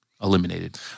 eliminated